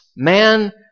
Man